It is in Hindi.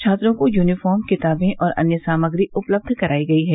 छात्रों को यूनिफार्म किताबे और अन्य सामग्री उपलब्ध कराई गई है